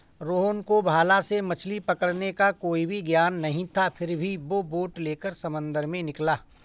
रोहन को भाला से मछली पकड़ने का कोई भी ज्ञान नहीं था फिर भी वो बोट लेकर समंदर में निकला